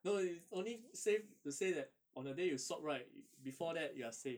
no it's only safe to say that on the day you swab right before that you are safe